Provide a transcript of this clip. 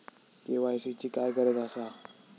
KYC ची काय गरज आसा?